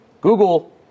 Google